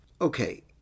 Okay